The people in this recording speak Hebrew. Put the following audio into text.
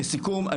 לסיכום,